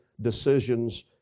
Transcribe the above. decisions